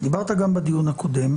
דיברת גם בדיון הקודם.